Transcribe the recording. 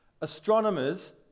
astronomers